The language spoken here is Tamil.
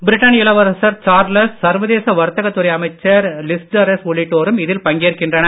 பிரிட்டன் இளவரசர் சார்லஸ் சர்வதேச வர்த்தக துறை அமைச்சர் லிஸ்டரஸ் உள்ளிட்டோரும் இதில் பங்கேற்கின்றனர்